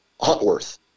Huntworth